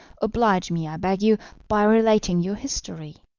oblige me, i beg you, by relating your history.